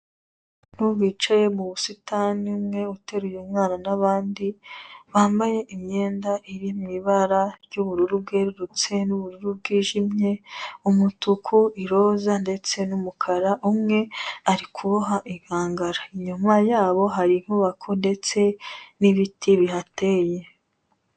Wicaye mu busitani umwe uteruye umwana n'abandi, bambaye imyenda iri mu ibara ry'ubururu bwerurutse n'ubururu bwijimye, umutuku, iroza ndetse n'umukara, umwe ari kuboha inkangara, inyuma yabo hari inkubako ndetse n'ibiti bihateye.